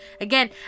again